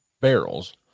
barrels